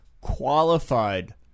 qualified